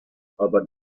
aber